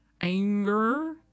anger